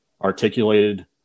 articulated